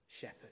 shepherd